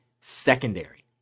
secondary